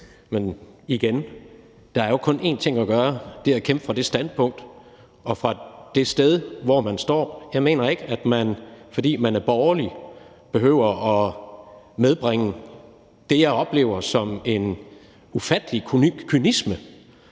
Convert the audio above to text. Men igen: Der er kun én ting at gøre, og det er at kæmpe for det standpunkt og fra det sted, hvor man står. Jeg mener ikke, at man, fordi man er borgerlig, behøver at medbringe det, jeg oplever som en ufattelig kynisme